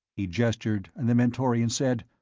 he gestured and the mentorian said,